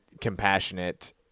compassionate